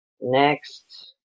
Next